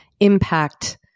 impact